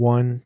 One